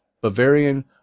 Bavarian